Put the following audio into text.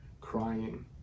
crying